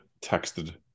texted